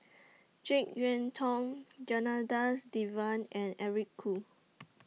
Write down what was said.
Jek Yeun Thong Janadas Devan and Eric Khoo